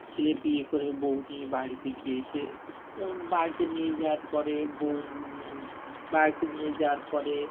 ছেলে বিয়ে করে বউ নিয়ে বাড়িতে গিয়েছে এবং বাড়িতে নিয়ে যাওয়ার পরে বউ বাড়িতে নিয়ে যাওয়ার পরে